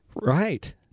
Right